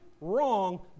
wrong